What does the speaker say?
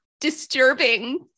disturbing